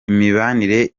imibanire